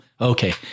okay